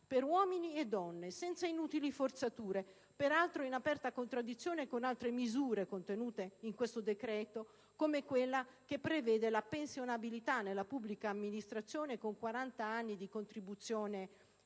per uomini e donne, senza inutili forzature, peraltro in aperta contraddizione con altre misure contenute in questo decreto, come quella che prevede la pensionabilità nella pubblica amministrazione con 40 anni di contribuzione